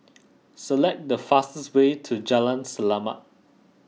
select the fastest way to Jalan Selamat